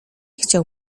chciał